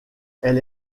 elle